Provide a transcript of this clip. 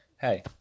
hey